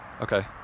Okay